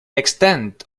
extent